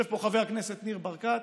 יושב פה חבר הכנסת ניר ברקת,